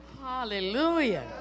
Hallelujah